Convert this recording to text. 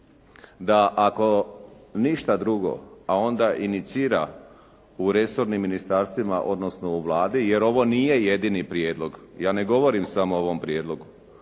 da ako ništa drugo, a onda inicira u resornim ministarstvima, odnosno u Vladi, jer ovo nije jedini prijedlog. Ja ne govorim samo o ovom prijedlogu.